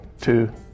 two